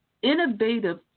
innovative